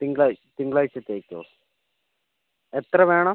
തിങ്കളാഴ്ചത്തേക്കോ എത്ര വേണം